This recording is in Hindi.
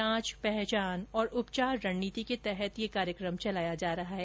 जांच पहचान और उपचार रणनीति के तहत यह कार्यकम चलाया जा रहा है